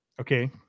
okay